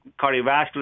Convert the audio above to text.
cardiovascular